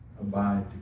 abide